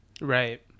Right